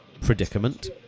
predicament